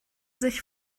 sich